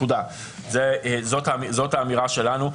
זאת האמירה שלנו,